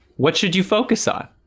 what should you focus on?